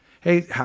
Hey